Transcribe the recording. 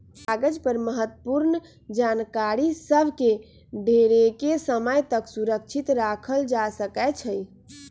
कागज पर महत्वपूर्ण जानकारि सभ के ढेरेके समय तक सुरक्षित राखल जा सकै छइ